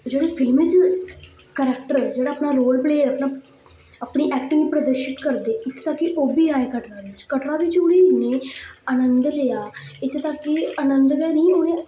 जेह्ड़े फिल्में च करैक्टर जेह्ड़ा अपना रोल प्ले अपना अपनी ऐक्टिंग गी प्रदर्शित करदे इत्थै तक ओह्ब बी आए कटरा कटरा ब उनें इन्ने आनंद लेआ इत्थें त कि आनंद गै नि उनें